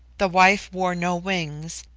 the wife wore no wings,